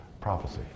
prophecy